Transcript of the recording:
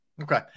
Okay